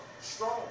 strong